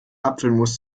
apfelmus